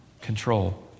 control